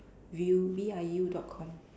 VIU V I U dot com